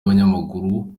abanyamaguru